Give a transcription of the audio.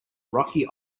rocky